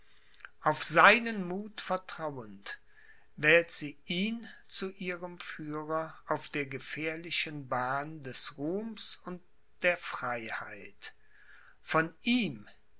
auf seinen muth vertrauend wählt sie ihn zu ihrem führer auf der gefährlichen bahn des ruhms und der freiheit von ihm